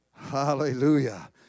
Hallelujah